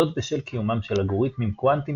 זאת בשל קיומם של אלגוריתמים קוונטיים